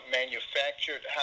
manufactured